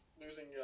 losing